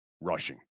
rushing